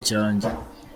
cyanjye